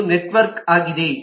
ಇದು ನೆಟ್ವರ್ಕ್ ಆಗಿದೆ